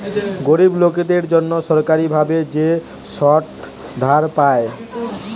গরিব লোকদের জন্যে সরকারি ভাবে যে ছোট ধার পায়